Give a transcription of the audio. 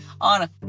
on